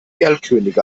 erlkönige